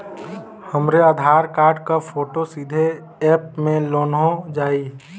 हमरे आधार कार्ड क फोटो सीधे यैप में लोनहो जाई?